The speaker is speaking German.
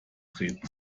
treten